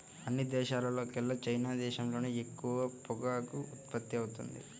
అన్ని దేశాల్లోకెల్లా చైనా దేశంలోనే ఎక్కువ పొగాకు ఉత్పత్తవుతుంది